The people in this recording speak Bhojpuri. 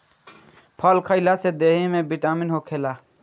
फल खइला से देहि में बिटामिन होखेला